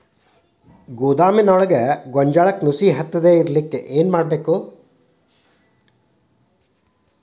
ಗೋದಾಮಿನಲ್ಲಿ ಗೋಂಜಾಳ ನುಸಿ ಹತ್ತದೇ ಇರಲು ಏನು ಮಾಡುವುದು?